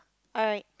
all right